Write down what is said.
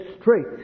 straight